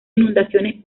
inundaciones